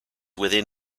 within